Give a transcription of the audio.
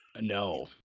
No